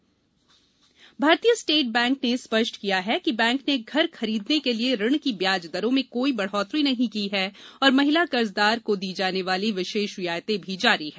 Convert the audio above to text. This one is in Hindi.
स्टेट बैंक गृह ऋण भारतीय स्टेट बैंक ने स्पष्ट किया कि बैंक ने घर खरीदने के लिए ऋण की ब्याज दरों में कोई बढ़ोतरी नहीं की है और महिला कर्जदार को दी जाने वाली विशेष रियायतें भी जारी हैं